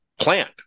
plant